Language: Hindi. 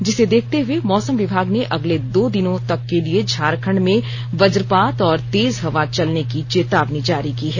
जिसे देखते हुए मौसम विभाग ने अगले दो दिनों तक के लिए झारखंड में वज्रपात और तेज हवा चलने की चेतावनी जारी की है